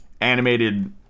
animated